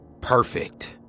Perfect